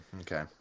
Okay